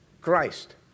Christ